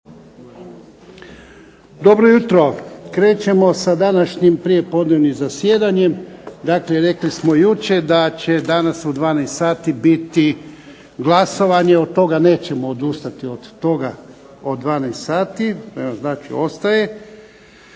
Dobro jutro, krećemo sa današnjim prijepodnevnim zasjedanjem. Dakle, rekli smo jučer da će danas u 12 sati biti glasovanje. Od toga nećemo odustati, od toga od 12 sati. Znači, ostaje.